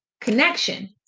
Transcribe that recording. connection